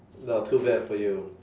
no too bad for you